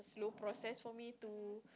slow process for me to